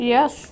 Yes